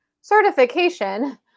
certification